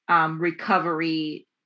recovery